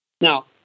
Now